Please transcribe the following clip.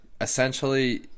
essentially